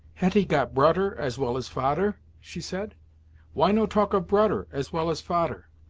hetty got broder, as well as fader she said why no talk of broder, as well as fader?